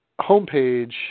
homepage